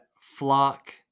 flock